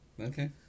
Okay